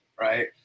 right